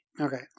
okay